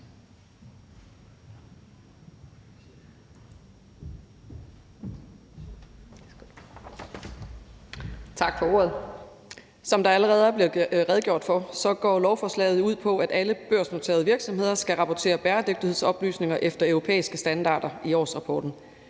Tak for ordet. Som der allerede er blevet redegjort for, går lovforslaget jo ud på, at alle børsnoterede virksomheder skal rapportere bæredygtighedsoplysninger efter europæiske standarder i årsrapporten.